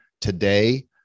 today